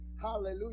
hallelujah